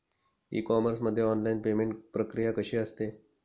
E commerce मध्ये online payment प्रक्रिया कशी असते?